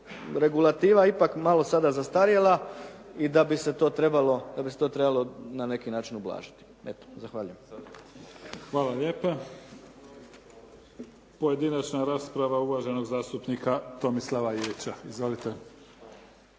regulativa ipak malo sada zastarjela i da bi se to trebalo na neki način ublažiti. Zahvaljujem. **Mimica, Neven (SDP)** Hvala lijepa. Pojedinačna rasprava uvaženog zastupnika Tomislava Ivića. Izvolite.